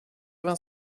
vingt